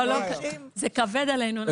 זה כבד עלינו.